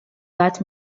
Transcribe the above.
that